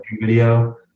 video